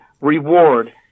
reward